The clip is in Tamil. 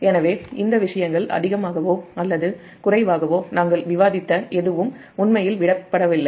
எனவே இந்த விஷயங்கள் அதிகமாகவோ அல்லது குறைவாகவோ நாங்கள் விவாதித்த எதுவும் உண்மையில் விடப்படவில்லை